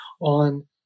on